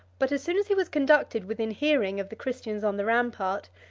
but as soon as he was conducted within hearing of the christians on the rampart,